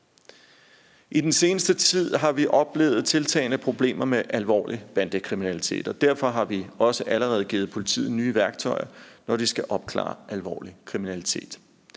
I den seneste tid har vi oplevet tiltagende problemer med alvorlig bandekriminalitet, og derfor har vi også allerede givet politiet nye værktøjer, når de skal opklare alvorlig kriminalitet.